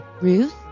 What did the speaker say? Ruth